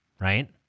right